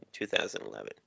2011